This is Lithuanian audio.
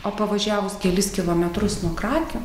o pavažiavus kelis kilometrus nuo krakių